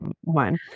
one